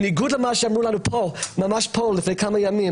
זאת בניגוד למה שאמרו לנו ממש פה לפני כמה ימים.